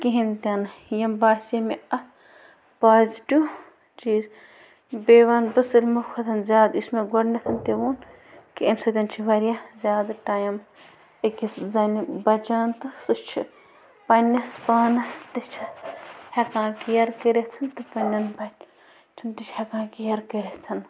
کِہیٖنۍ تِنہٕ یِم باسے مےٚ اَ پازِٹِو چیٖز بیٚیہِ وَنہٕ بہٕ سٲلِمو کھۄتَن زیادٕ یُس مےٚ گۄڈٕنٮ۪تھ تہِ وۄن کہِ اَمۍ سۭتۍ چھِ واریاہ زیادٕ ٹایِم أکِس زَنہِ بچان تہٕ سُہ چھِ پنٛنِس پانَس تہِ چھِ ہٮ۪کان کِیَر کٔرِتھ تہٕ پنٛنٮ۪ن بَچَن تہِ چھِ ہٮ۪کان کِیَر کٔرِتھ